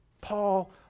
Paul